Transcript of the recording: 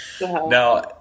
now